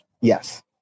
Yes